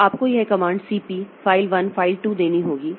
तो आपको यह कमांड CP फाइल 1 फाइल 2 देनी होगी